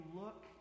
look